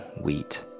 wheat